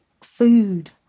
food